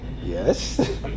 yes